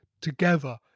together